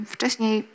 Wcześniej